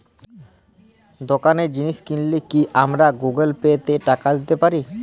দোকানে জিনিস কিনলে কি আমার গুগল পে থেকে টাকা দিতে পারি?